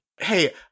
Hey